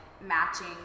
matching